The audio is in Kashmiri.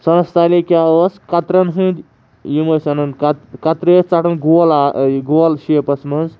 سَنَس تالے کیاہ ٲس کَترَن ہٕنٛدۍ یِم ٲسۍ اَنَان کَت کَترِ ٲسۍ ژَٹان گول گول شیپَس منٛز